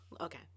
Okay